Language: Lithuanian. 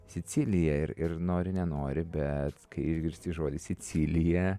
sicilija ir ir nori nenori bet kai išgirsti žodį siciliją